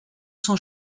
son